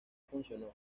funcionó